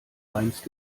meinst